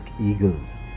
eagles